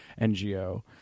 NGO